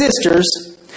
sisters